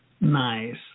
Nice